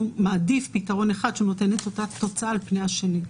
מעדיף פתרון אחד שנותן אותה תוצאה על-פני השני.